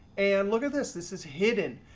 and look at this. this is hidden.